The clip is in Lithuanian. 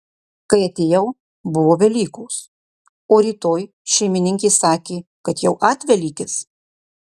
kai atėjau buvo velykos o rytoj šeimininkė sakė kad jau atvelykis